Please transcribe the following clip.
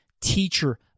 teacher